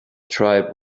tribe